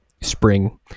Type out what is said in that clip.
spring